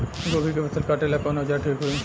गोभी के फसल काटेला कवन औजार ठीक होई?